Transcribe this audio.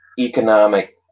economic